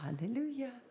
Hallelujah